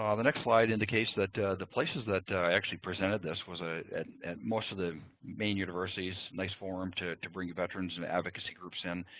um the next slide indicates that the places that i actually presented this was ah at at most of the maine universities. nice forum to to bring veterans and advocacy groups in.